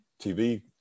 TV